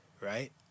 right